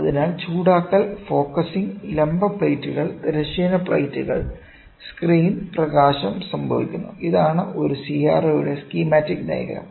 അതിനാൽ ചൂടാക്കൽ ഫോക്കസിംഗ് ലംബ പ്ലേറ്റുകൾ തിരശ്ചീന പ്ലേറ്റുകൾ സ്ക്രീൻ പ്രകാശം സംഭവിക്കുന്നു ഇതാണ് ഒരു CRO യുടെ സ്കീമമാറ്റിക് ഡയഗ്രം